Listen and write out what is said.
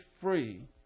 free